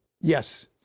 Yes